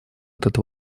этот